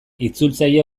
itzultzaile